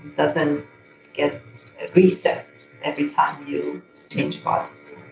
doesn't get reset every time you change bodies